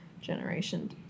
generation